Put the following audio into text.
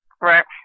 Right